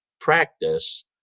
practice